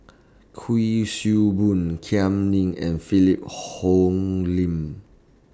Kuik Swee Boon Kam Ning and Philip Hoalim